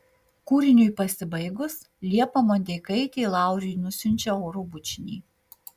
kūriniui pasibaigus liepa mondeikaitė lauriui nusiunčia oro bučinį